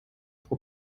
pro